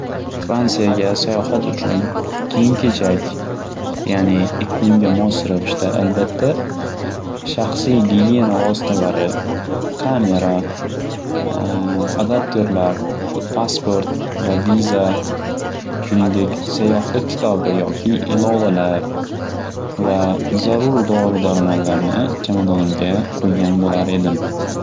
Fransiyaga sayohat uchun kiyim-kechak ya'ni iqlimga mos ravishda albatta shaxsiy gigiyena vositalari, kamera, adapterlar, pasport va viza shuningdek sayyohlik kitobi yoki ilovalar va zarur dori darmonlarni chamadonimga qo'ygan bo'lar edim.